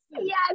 Yes